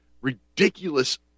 ridiculous